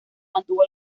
mantuvo